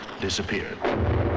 disappeared